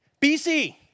BC